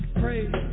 praise